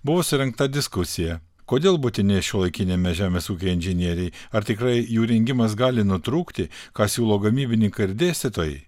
buvo surengta diskusija kodėl būtini šiuolaikiniame žemės ūkyje inžinieriai ar tikrai jų rengimas gali nutrūkti ką siūlo gamybininkai ir dėstytojai